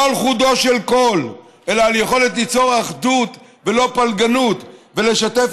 לא על חודו של קול אלא על יכולת ליצור אחדות ולא פלגנות ולשתף